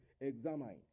examine